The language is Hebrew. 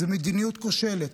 זו מדיניות כושלת.